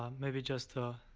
um maybe just a